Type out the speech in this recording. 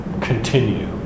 continue